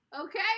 Okay